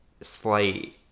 slight